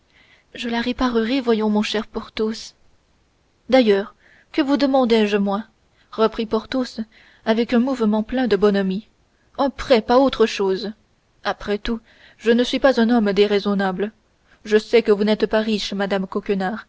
je la réparerai voyons mon cher porthos d'ailleurs que vous demandais-je moi reprit porthos avec un mouvement d'épaules plein de bonhomie un prêt pas autre chose après tout je ne suis pas un homme déraisonnable je sais que vous n'êtes pas riche madame